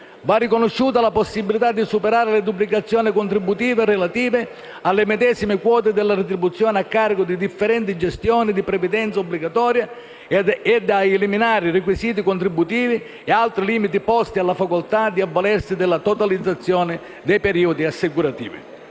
Va riconosciuta la possibilità di superare le duplicazioni contributive relative alle medesime quote della retribuzione a carico di differenti gestioni di previdenza obbligatoria e a eliminare i requisiti contributivi e altri limiti posti alla facoltà di avvalersi della totalizzazione dei periodi assicurativi.